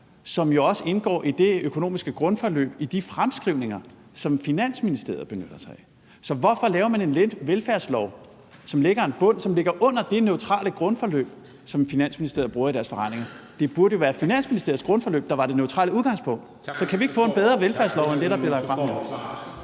som jo også indgår i det økonomiske grundforløb, i de fremskrivninger, som Finansministeriet benytter sig af. Så hvorfor laver man en velfærdslov, som lægger en bund, som ligger under det neutrale grundforløb, som Finansministeriet bruger i deres beregninger? Det burde jo være Finansministeriets grundforløb, der var det neutrale udgangspunkt. Altså, kan vi ikke få en bedre velfærdslov end det, der bliver lagt frem her?